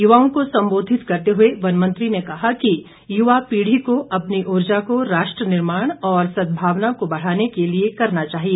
युवाओं को संबोधित करते हुए वन मंत्री ने कहा कि युवा पीढ़ी को अपनी ऊर्जा को राष्ट्र निर्माण और सद्भावना को बढ़ाने के लिए करना चाहिए